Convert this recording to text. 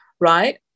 right